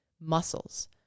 muscles